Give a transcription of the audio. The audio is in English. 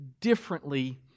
differently